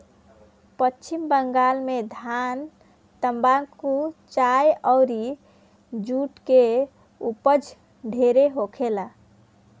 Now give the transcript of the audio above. पश्चिम बंगाल में धान, तम्बाकू, चाय अउर जुट के ऊपज ढेरे होखेला